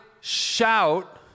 shout